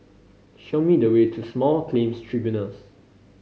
show me the way to Small Claims Tribunals